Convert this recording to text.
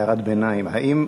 הערת ביניים: האם